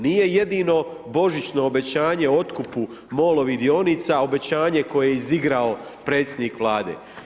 Nije jedino božićno obećanje o otkupu MOL-ovih dionica, obećanje koje je izigrao predsjednik Vlade.